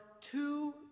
two